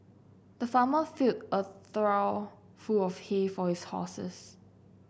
the farmer filled a trough full of hay for his horses